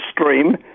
Stream